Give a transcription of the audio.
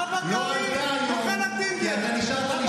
אבא קרעי, נוכל הטינדר.